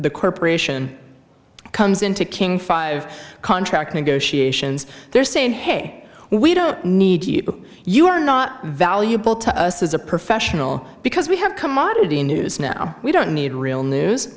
the corporation comes into king five contract negotiations they're saying hey we don't need you but you are not valuable to us as a professional because we have come oddity in news now we don't need real news